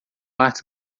artes